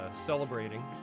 celebrating